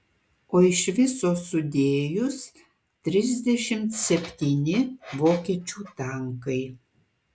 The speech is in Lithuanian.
o iš viso sudėjus trisdešimt septyni vokiečių tankai